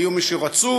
היו מי שרצו,